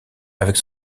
avec